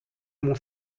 mon